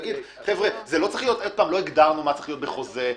לא הגדרנו מה צריך להיות בחוזה.